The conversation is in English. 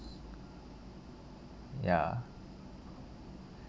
ya